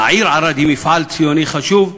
העיר ערד היא מפעל ציוני חשוב,